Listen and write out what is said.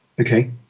Okay